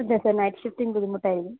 ഇല്ല sir night shifting ബുദ്ധിമുട്ടായിരിക്കും